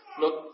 look